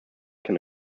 can